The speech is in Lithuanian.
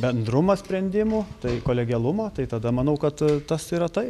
bendrumą sprendimų tai kolegialumą tai tada manau kad tas yra tai